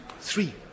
three